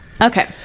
Okay